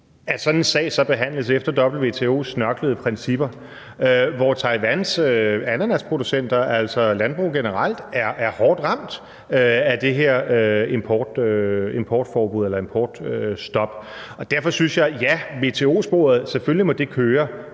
sådan en sag så behandles efter WTO's snørklede principper, hvor Taiwans ananasproducenter og landbrug generelt er hårdt ramt af det her importforbud eller importstop. Og derfor synes jeg, at ja, selvfølgelig må